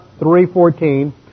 3.14